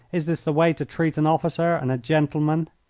is this the way to treat an officer and a gentleman?